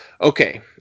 Okay